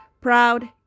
proud